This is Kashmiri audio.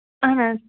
اہن حظ